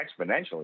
exponentially